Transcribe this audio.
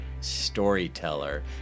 storyteller